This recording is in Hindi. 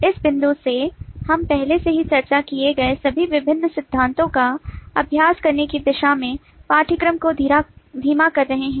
इस बिंदु से हम पहले से ही चर्चा किए गए सभी विभिन्न सिद्धांतों का अभ्यास करने की दिशा में पाठ्यक्रम को धीमा कर रहे हैं